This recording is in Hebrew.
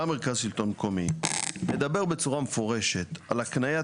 בא מרכז שלטון מקומי ומדבר בצורה מפורשת על הקניית